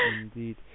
indeed